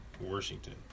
Washington